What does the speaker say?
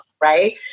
Right